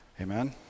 Amen